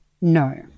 No